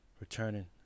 returning